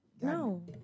No